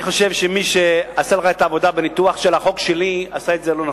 אני חושב שמי שעשה לך את העבודה בניתוח של החוק שלי עשה את זה לא נכון.